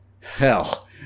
Hell